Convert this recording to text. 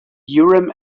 urim